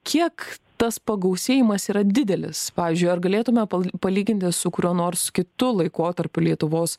kiek tas pagausėjimas yra didelis pavyzdžiui ar galėtume palyginti su kuriuo nors kitu laikotarpiu lietuvos